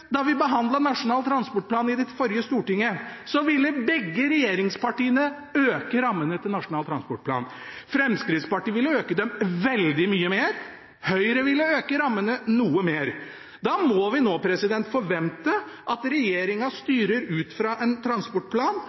Da vi behandlet Nasjonal transportplan i det forrige stortinget, ville begge regjeringspartiene øke rammene til Nasjonal transportplan. Fremskrittspartiet ville øke dem veldig mye mer. Høyre ville øke rammene noe mer. Da må vi nå forvente at regjeringen styrer ut fra en transportplan